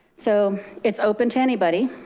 so it's open to anybody.